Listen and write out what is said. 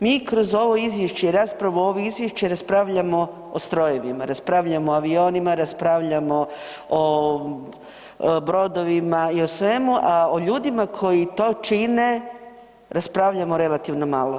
Mi kroz ovo izvješće i raspravom o ovom izvješću raspravljamo o strojevima, raspravljamo o avionima, raspravljamo o brodovima i o svemu, a o ljudima koji to čine raspravljamo relativno malo.